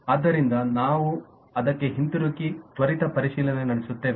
ಆದ್ದರಿಂದ ಮತ್ತು ನಾವು ಅದಕ್ಕೆ ಹಿಂತಿರುಗಿ ತ್ವರಿತ ಪರಿಶೀಲನೆ ನಡೆಸುತ್ತೇವೆ